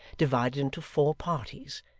divided into four parties,